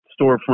storefront